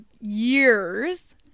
years